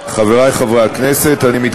בקליק אחד אתה מוצא את